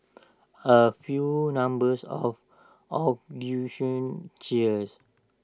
A few numbers of cheers